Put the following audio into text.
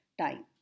time